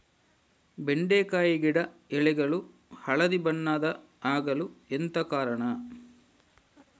ಬೆಂಡೆಕಾಯಿ ಗಿಡ ಎಲೆಗಳು ಹಳದಿ ಬಣ್ಣದ ಆಗಲು ಎಂತ ಕಾರಣ?